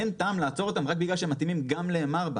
אין טעם לעצור אותם רק בגלל שהם מתאימים גם ל-M-4.